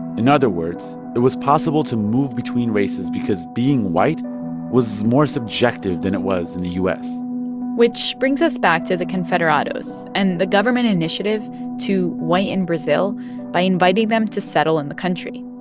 in other words, it was possible to move between races because being white was more subjective than it was in the u s which brings us back to the confederados and the government initiative to whiten brazil by inviting them to settle in the country.